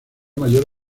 mayor